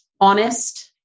honest